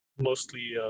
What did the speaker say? mostly